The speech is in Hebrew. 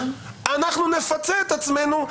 אנחנו נפצה את עצמנו.